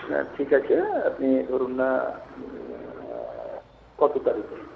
হ্যাঁ ঠিক আছে আপনি ধরুন না কত তারিখে